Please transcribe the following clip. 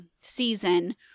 season